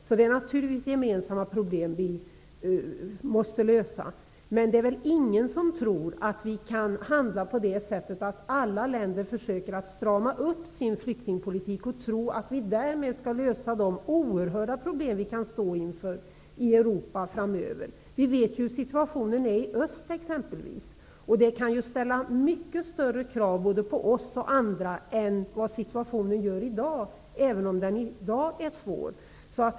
Vi har gemensamma problem som vi måste lösa, men ingen tror väl att vi kan möta de oerhörda uppgifter som vi står inför i Europa framöver, om alla länder försöker strama upp sin flyktingpolitik. Låt mig exempelvis peka på situationen i öst. Den kan komma att ställa mycket större krav på oss och andra än vad förhållandet är nu, även om situationen i dag är svår.